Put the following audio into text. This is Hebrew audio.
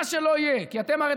מה שלא יהיה, כי אתם הרי